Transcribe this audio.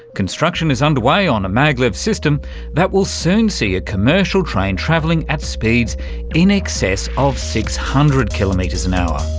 construction is underway on a maglev system that will soon see a commercial train travelling at speeds in excess of six hundred kilometres an hour.